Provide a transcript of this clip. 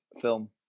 film